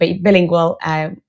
bilingual